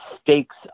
stakes